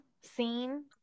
seen